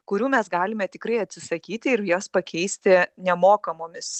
kurių mes galime tikrai atsisakyti ir jas pakeisti nemokamomis